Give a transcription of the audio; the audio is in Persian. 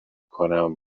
کنم